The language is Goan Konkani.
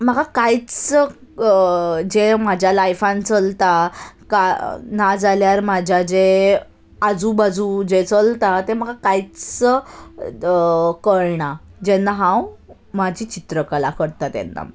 म्हाका कांयच जें म्हज्या लायफान चलता नाजाल्यार म्हज्या जें आजू बाजूक जें चलता तें म्हाका कांयच कळना जेन्ना हांव म्हजी चित्रकला करता तेन्ना